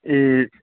ए